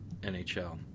NHL